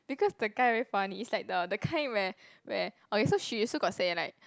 because the guy very funny is like the the kind where where okay so she also got say like